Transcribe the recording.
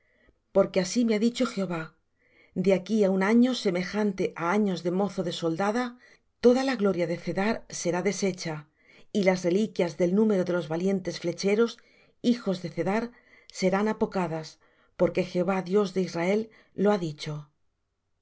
porque así me ha dicho jehová de aquí á un año semejante á años de mozo de soldada toda la gloria de cedar será desecha y las reliquias del número de los valientes flecheros hijos de cedar serán apocadas porque jehová dios de israel lo ha dicho